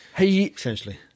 essentially